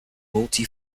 multi